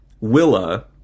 Willa